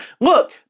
Look